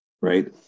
right